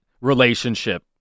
relationship